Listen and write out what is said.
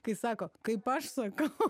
kai sako kaip aš sakau